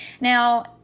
Now